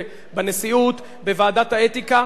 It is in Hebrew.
בוועדת האתיקה, איפה שהוא רוצה.